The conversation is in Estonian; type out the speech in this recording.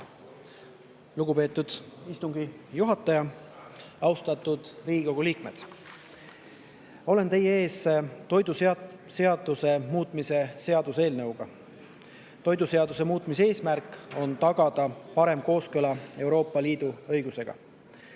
Lugupeetud istungi juhataja! Austatud Riigikogu liikmed! Olen teie ees toiduseaduse muutmise seaduse eelnõuga. Toiduseaduse muutmise eesmärk on tagada parem kooskõla Euroopa Liidu õigusega.